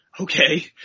okay